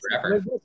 forever